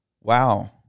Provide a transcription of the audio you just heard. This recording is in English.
wow